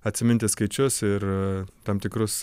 atsiminti skaičius ir tam tikrus